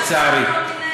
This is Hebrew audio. לצערי.